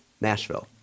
Nashville